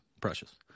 Precious